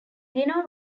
gino